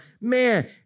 man